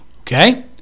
Okay